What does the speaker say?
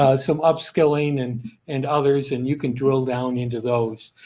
ah some upskilling and and others and you can drill down into those.